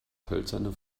hölzerne